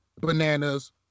bananas